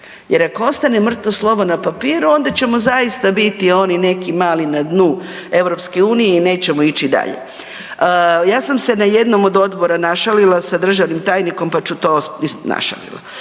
jer ako ostane mrtvo slovo na papiru onda ćemo zaista biti oni neki mali na dnu EU i nećemo ići dalje. Ja sam se na jednom od odbora našalila sa državnim tajnikom, pa ću to, mislim